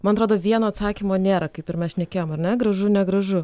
man atrodo vieno atsakymo nėra kaip ir mes šnekėjom ar ne gražu negražu